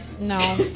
No